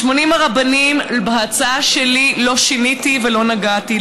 ב-80 הרבנים לא שיניתי ולא נגעתי בהצעה שלי.